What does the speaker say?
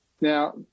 Now